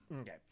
Okay